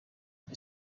ubu